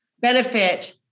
benefit